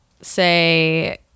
say